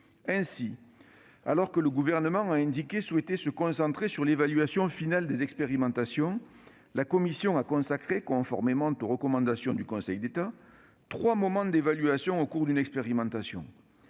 Ainsi, alors que le Gouvernement avait indiqué souhaiter se concentrer sur l'évaluation finale des expérimentations, la commission a consacré, conformément aux recommandations du Conseil d'État, trois moments d'évaluation au cours d'une expérimentation